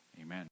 Amen